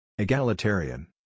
Egalitarian